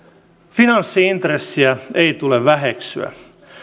finanssi intressiä ei tule väheksyä